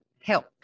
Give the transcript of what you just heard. Help